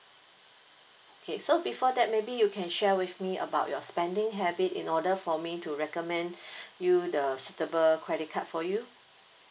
okay so before that maybe you can share with me about your spending habit in order for me to recommend you the suitable credit card for you